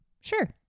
sure